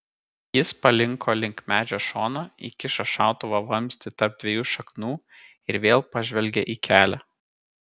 jis palinko link medžio šono įkišo šautuvo vamzdį tarp dviejų šaknų ir vėl pažvelgė į kelią